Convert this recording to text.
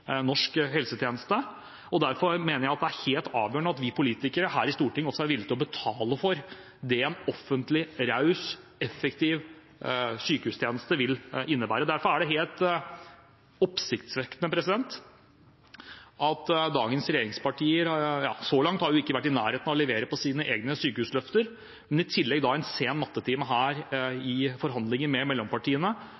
norsk helsetjeneste, og derfor mener jeg det er helt avgjørende at vi politikere her i Stortinget også er villige til å betale for det en offentlig, raus og effektiv sykehustjeneste vil innebære. Derfor er det helt oppsiktsvekkende at dagens regjeringspartier så langt ikke har vært i nærheten av å levere på sine egne sykehusløfter, men i tillegg en sen nattetime her